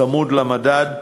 צמוד למדד,